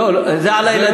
לא, זה על הילדים.